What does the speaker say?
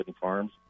farms